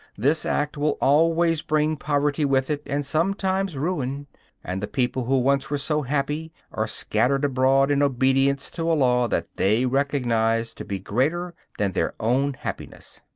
this act will always bring poverty with it and sometimes ruin and the people who once were so happy are scattered abroad in obedience to a law that they recognize to be greater than their own happiness.